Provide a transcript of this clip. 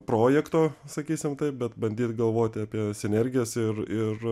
projekto sakysim taip bet bandyt galvoti apie sinergijas ir ir